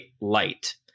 light